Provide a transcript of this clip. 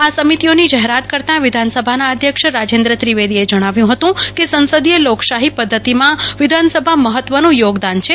આ સ્દામીતીઓની જાહેરાત કરતા વિધાનસભાના અધ્યક્ષ રાજેન્દ્ર ત્રિવેદીએ જણાવ્યું હતું કે સંસદીય લોકશાહી પધ્ધતિમાં વિધાનસભા મહત્વનું થોગદાન છે